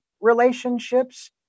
relationships